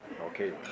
Okay